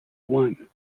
one